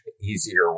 easier